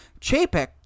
Chapek